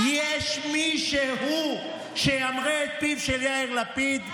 יש מישהו שימרה את פיו של יאיר לפיד?